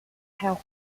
hal